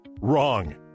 Wrong